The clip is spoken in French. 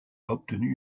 obtenu